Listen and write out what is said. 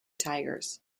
tigers